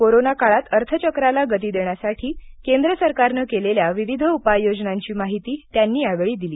corona काळात अर्थचक्राला गती देण्यासाठी केंद्र सरकारनं केलेल्या विविध उपाय योजनांची माहिती त्यांनी यावेळी दिली